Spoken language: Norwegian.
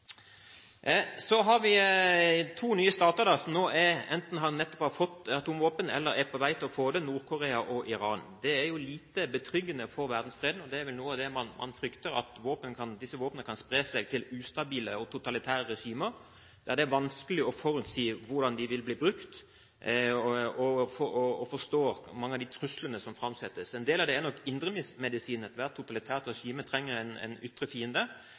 og Iran. Det er lite betryggende for verdensfreden. Noe av det man frykter, er at disse våpnene kan spre seg til ustabile og totalitære regimer, der det er vanskelig å forutsi hvordan de vil bli brukt, og å forstå mange av de truslene som framsettes. En del av dette er nok indremedisin. Ethvert totalitært regime trenger en ytre fiende.